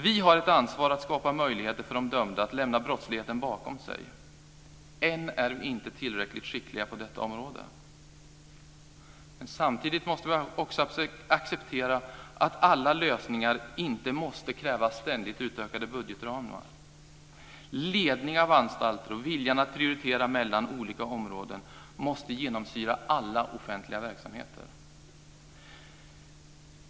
Vi har ett ansvar att skapa möjligheter för de dömda att lämna brottsligheten bakom sig. Än är vi inte tillräckligt skickliga på detta område. Samtidigt måste vi också acceptera att alla lösningar inte måste kräva ständigt utökade budgetramar. Ledning av anstalter och viljan att prioritera olika områden måste genomsyra alla offentliga verksamheter.